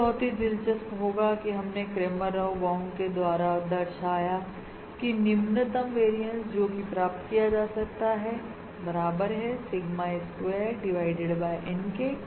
तो यह बहुत ही दिलचस्प होगा कि हमने क्रैमर राव बाउंड के द्वारा दर्शाया की निम्नतम वेरियस जो की प्राप्त किया जा सकता है बराबर है sigma square divided by N के